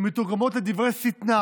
הן מתורגמות לדברי שטנה